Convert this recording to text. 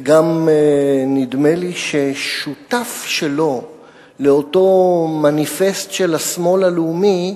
וגם נדמה לי ששותף שלו לאותו מניפסט של השמאל הלאומי,